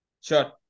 Sure